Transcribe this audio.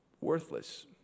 worthless